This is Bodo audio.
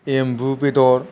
एम्बु बेदर